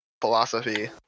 philosophy